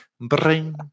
Bring